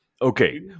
Okay